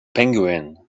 penguin